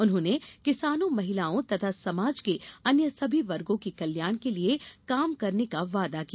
उन्होंने किसानों महिलाओं तथा समाज के अन्य सभी वर्गों के कल्याण के लिये काम करने का वादा किया